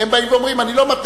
כי הם באים ואומרים: אני לא מתנה.